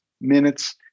minutes